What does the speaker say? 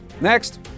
Next